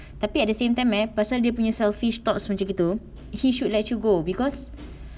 tapi at the same time meh pasal dia punya selfish thoughts macam begitu he should let you go because